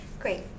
Great